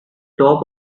top